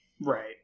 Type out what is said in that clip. Right